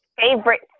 Favorite